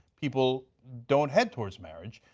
people don't head towards marriage.